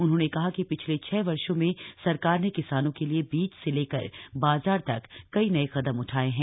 उन्होंने कहा कि पिछले छह वर्षो में सरकार ने किसानों के लिए बीज से लेकर बाजार तक कई नए कदम उठाए हैं